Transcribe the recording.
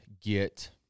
get